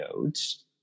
nodes